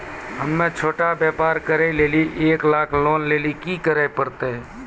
हम्मय छोटा व्यापार करे लेली एक लाख लोन लेली की करे परतै?